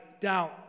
doubt